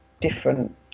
different